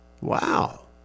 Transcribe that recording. Wow